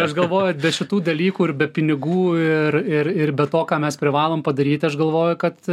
aš galvoju be šitų dalykų ir be pinigų ir ir ir be to ką mes privalom padaryti aš galvoju kad